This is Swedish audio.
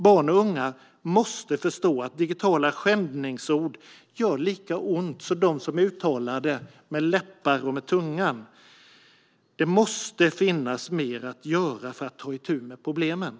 Barn och unga måste förstå att digitala skändningsord gör lika ont som dem som uttalas med läppar och tunga. Det måste finnas mer att göra för att ta itu med problemen.